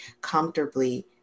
comfortably